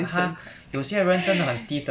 天生